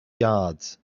yards